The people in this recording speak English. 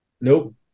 nope